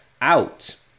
out